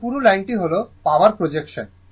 এই পুরু লাইনটি হল পাওয়ার এক্সপ্রেশন